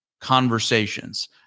conversations